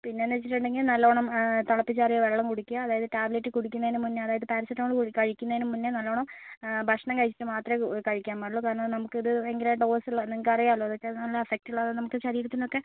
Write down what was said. പിന്നെ എന്ന് വെച്ചിട്ടുണ്ടെങ്കിൽ നല്ലവണ്ണം തിളപ്പിച്ചാറിയ വെള്ളം കുടിക്കുക അതായത് ടാബ്ലെറ്റ് കുടിക്കുന്നതിന് മുന്നെ അതായത് പാരസെറ്റാമോൾ കു കഴിക്കുന്നതിന് മുന്നെ നല്ലവണ്ണം ഭക്ഷണം കഴിച്ചിട്ട് മാത്രമേ ഉ കഴിക്കാൻ പാടുള്ളൂ കാരണം അത് നമുക്ക് ഇത് ഭയങ്കര ഡോസ് ഉള്ള നിങ്ങൾക്കറിയാമല്ലോ ഇതൊക്കെ നല്ല എഫക്റ്റ് ഉള്ള നമുക്ക് ഇത് ശരീരത്തിനൊക്കെ